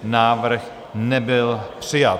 Návrh nebyl přijat.